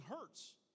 hurts